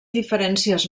diferències